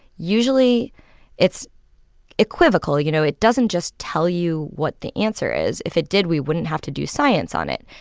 usually it's equivocal. you know, it doesn't just tell you what the answer is. if it did, we wouldn't have to do science on it.